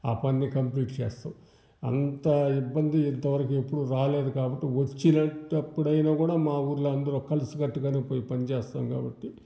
ఆ పనిని కంప్లీట్ చేస్తాం అంతా ఇబ్బంది ఇంత వరకు రాలేదు కాబట్టి వచ్చినప్పుడైనా కూడా మా ఊళ్ళో అందరు కలిసి కట్టుగా పోయి పనిచేస్తాం కాబట్టి